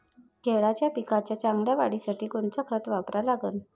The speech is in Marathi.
केळाच्या पिकाच्या चांगल्या वाढीसाठी कोनचं खत वापरा लागन?